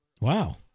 Wow